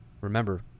remember